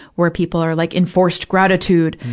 where people are like enforced gratitude.